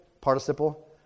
participle